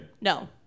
No